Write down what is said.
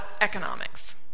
economics